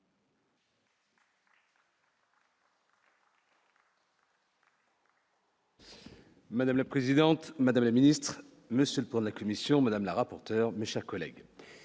Madame la présidente, madame la secrétaire d'État, monsieur le président de la commission, madame la rapporteur, mes chers collègues,